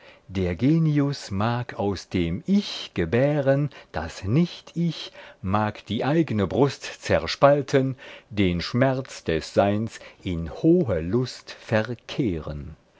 der genius mag aus dem ich gebären das nicht ich mag die eigne brust zerspalten den schmerz des seins in hohe lust verkehren